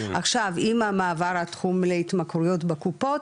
עכשיו עם מעבר התחום להתמכרויות בקופות,